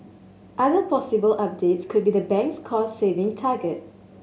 other possible updates could be the bank's cost saving target